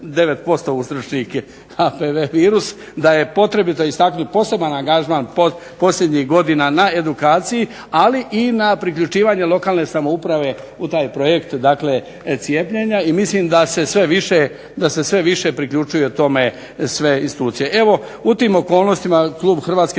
se./… HPV virus, da je potrebito istaknuti poseban angažman posljednjih godina na edukaciji, ali i na priključivanju lokalne samouprave u taj projekt, dakle cijepljenja, i mislim da se sve više priključuju tome sve institucije. Evo u tim okolnostima klub Hrvatske